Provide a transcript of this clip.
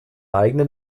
eigenen